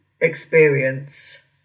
experience